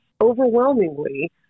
overwhelmingly